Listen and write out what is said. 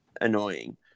annoying